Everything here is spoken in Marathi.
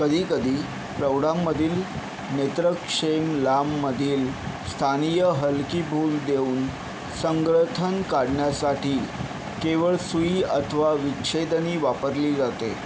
कधी कधी प्रौढांमधील नेत्रक्ष्लेमलामधील स्थानीय हलकी भूल देऊन संग्रथन काढण्यासाठी केवळ सुई अथवा विच्छेदनी वापरली जाते